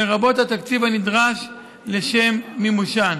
לרבות התקציב הנדרש לשם מימושן.